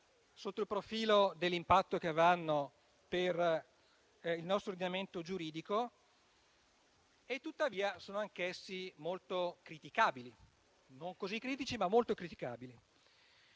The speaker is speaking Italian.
sotto il profilo dell'impatto che avranno sul nostro ordinamento giuridico. Sono però anch'essi molto criticabili; non così critici, ma molto criticabili.